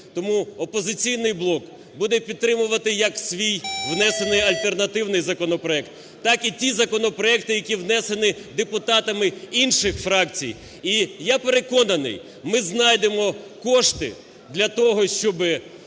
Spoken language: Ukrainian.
Тому "Опозиційний блок" буде підтримувати як свій внесений альтернативний законопроект, так і ті законопроекти, які внесені депутатами інших фракцій. І я переконаний, ми знайдемо кошти для того, щоб